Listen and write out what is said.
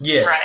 Yes